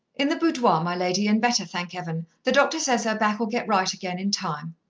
in the boudoir, my lady, and better, thank heaven. the doctor says her back'll get right again in time.